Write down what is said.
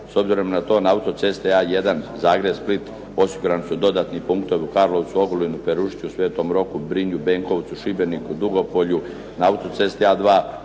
s obzirom na to na auto-cesti A1 Zagreb-Split osigurani su dodatni punktovi u Karlovcu, Ogulinu, Perušiću, Svetom Roku, Brinju, Benkovcu, Šibeniku, Dugopolju, na auto-cesti A2